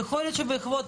ויכול להיות שבעקבות,